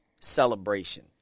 celebration